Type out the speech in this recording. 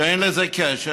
שאין לזה קשר,